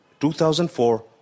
2004